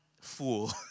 fool